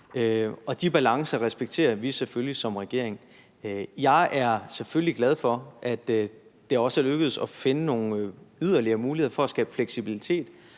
de balancer respekterer vi selvfølgelig som regering. Jeg er selvfølgelig glad for, at det også er lykkedes at finde nogle yderligere muligheder for at skabe fleksibilitet